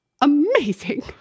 amazing